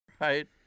Right